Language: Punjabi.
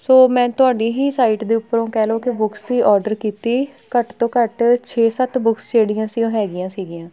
ਸੋ ਮੈਂ ਤੁਹਾਡੀ ਹੀ ਸਾਈਟ ਦੇ ਉੱਪਰੋਂ ਕਹਿ ਲਓ ਕਿ ਬੁੱਕਸ ਦੀ ਔਡਰ ਕੀਤੀ ਘੱਟ ਤੋਂ ਘੱਟ ਛੇ ਸੱਤ ਬੁੱਕਸ ਜਿਹੜੀਆਂ ਸੀ ਉਹ ਹੈਗੀਆਂ ਸੀਗੀਆਂ